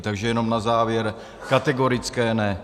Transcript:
Takže jenom na závěr kategorické ne.